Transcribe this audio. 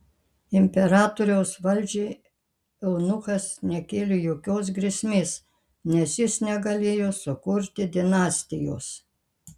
imperatoriaus valdžiai eunuchas nekėlė jokios grėsmės nes jis negalėjo sukurti dinastijos